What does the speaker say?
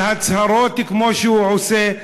על הצהרות כמו שהוא עושה,